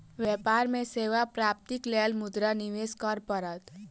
व्यापार में सेवा प्राप्तिक लेल मुद्रा निवेश करअ पड़त